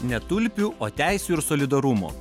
ne tulpių o teisių ir solidarumo